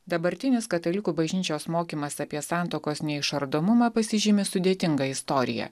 dabartinis katalikų bažnyčios mokymas apie santuokos neišardomumą pasižymi sudėtinga istorija